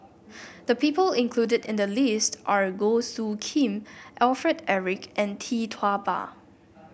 the people included in the list are Goh Soo Khim Alfred Eric and Tee Tua Ba